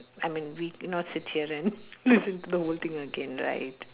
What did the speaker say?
I mean we not sit here and listen to the whole thing again right